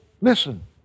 Listen